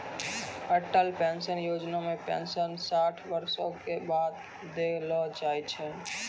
Atal pension योजना मे pension साठ बरसो के बाद देलो जाय छै